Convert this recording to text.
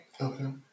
Okay